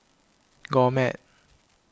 Gourmet